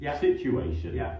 situation